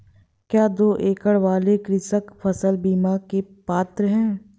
क्या दो एकड़ वाले कृषक फसल बीमा के पात्र हैं?